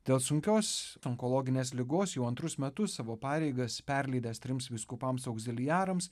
dėl sunkios onkologinės ligos jau antrus metus savo pareigas perleidęs trims vyskupams augziliarams